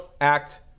act